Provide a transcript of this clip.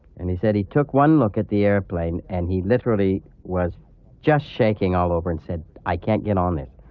and he said he took one look at the airplane, and he literally was just shaking all over, and said, i can't get on it.